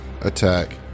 attack